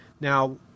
Now